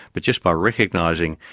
but just by recognising,